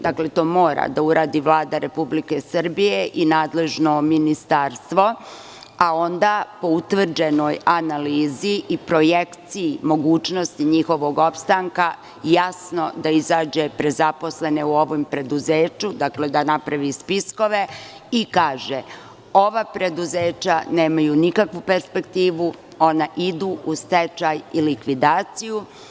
Dakle, to mora da uradi Vlada Republike Srbije i nadležno ministarstvo, a onda po utvrđenoj analizi i projekciji mogućnosti njihovog opstanka, jasno da izađe pred zaposle u ovom preduzeću, dakle, da napravi spiskove i kaže – ova preduzeća nemaju nikakvu perspektivu, ona idu u stečaj i likvidaciju.